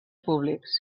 públics